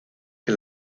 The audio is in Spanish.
que